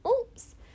oops